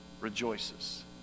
rejoices